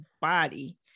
body